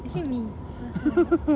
is it me myself